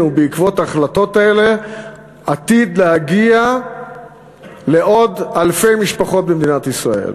ובעקבות ההחלטות האלה עתיד להגיע לעוד אלפי משפחות במדינת ישראל.